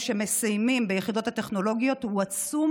שמסיימים ביחידות הטכנולוגיות הוא עצום,